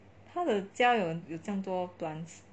他的家有这么样多 plants